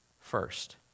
first